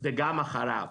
ליצור מערכת של משוב,